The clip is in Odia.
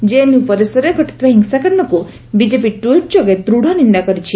ଜେଏନ୍ୟୁ ପରିସରରେ ଘଟିଥିବା ହିଂସାକାଣ୍ଡକୁ ବିକେପି ଟ୍ୱିଟ୍ ଯୋଗେ ଦୂଢ଼ ନିନ୍ଦା କରିଛି